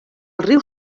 riu